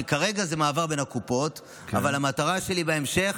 כרגע זה מעבר בין הקופות, אבל המטרה שלי בהמשך,